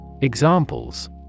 Examples